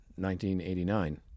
1989